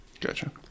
Gotcha